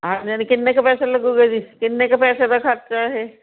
ਹਾਂਜੀ ਹਾਂਜੀ ਕਿੰਨੇ ਕੁ ਪੈਸੇ ਲੱਗਣਗੇ ਜੀ ਕਿੰਨੇ ਕੁ ਪੈਸੇ ਖ਼ਰਚਾ ਇਹ